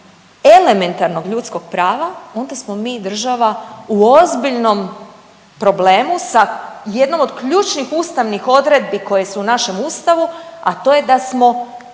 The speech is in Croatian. elementarnog ljudskog prava onda smo mi država u ozbiljnom problemu sa jednom od ključnih ustavnih odredbi koje su u našem ustavu, a to je da smo